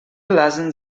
lassen